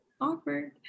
Awkward